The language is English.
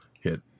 hit